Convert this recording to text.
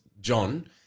John